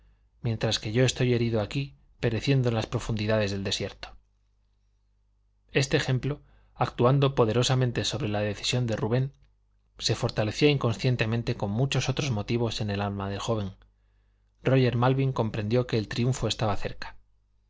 mientras que yo estoy herido aquí pereciendo en las profundidades del desierto este ejemplo actuando poderosamente sobre la decisión de rubén se fortalecía inconscientemente con muchos otros motivos en el alma del joven róger malvin comprendió que el triunfo estaba cerca